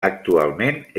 actualment